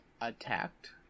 attacked